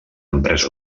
empresa